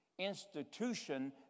institution